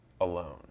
alone